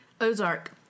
Ozark